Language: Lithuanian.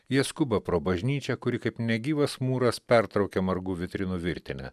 jie skuba pro bažnyčią kuri kaip negyvas mūras pertraukia margų vitrinų virtinę